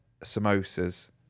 samosas